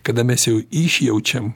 kada mes jau išjaučiam